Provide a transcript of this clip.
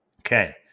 okay